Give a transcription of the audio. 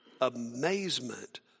amazement